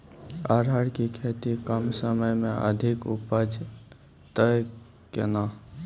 राहर की खेती कम समय मे अधिक उपजे तय केना?